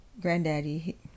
granddaddy